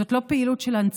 זאת לא פעילות של הנצחה,